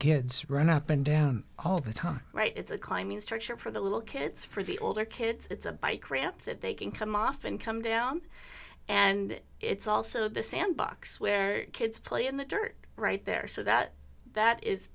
kids run up and down all the time right it's a climbing structure for the little kids for the older kids it's a bike ramp that they can come off and come down and it's also the sandbox where kids play in the dirt right there so that that is